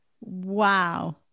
Wow